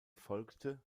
folgte